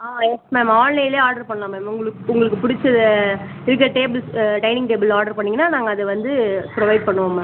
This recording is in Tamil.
ஆ எஸ் மேம் ஆன்லைன்லேயே ஆர்ட்ரு பண்ணலாம் மேம் உங்களுக்கு உங்களுக்கு பிடிச்ச இருக்க டேபுள்ஸ் டைனிங் டேபுள் ஆர்ட்ரு பண்ணீங்கன்னால் நாங்கள் அது வந்து ப்ரொவைட் பண்ணுவோம் மேம்